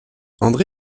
andré